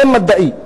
זה מדעי.